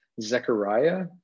Zechariah